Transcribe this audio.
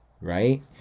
right